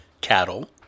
cattle